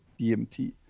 BMT